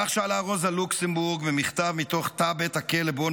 כך שאלה רוזה לוקסמבורג במכתב מתוך תא בית הכלא שבו